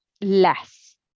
less